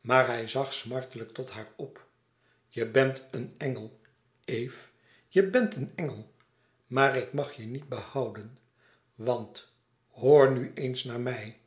maar hij zag smartelijk tot haar op je bent een engel eve je bent een engel maar ik mag je niet behouden want hoor nu eens naar mij